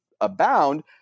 abound